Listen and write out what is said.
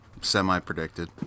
Semi-predicted